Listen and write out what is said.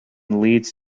leeds